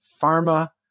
Pharma